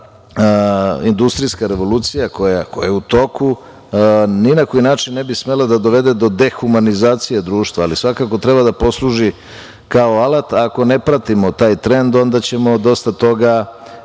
industrijska revolucija koja je u toku ni na koji način ne bi smela da dovede do dehumanizacije društva, ali svakako treba da posluži kao alat. Ako ne pratimo taj trend, onda ćemo dosta toga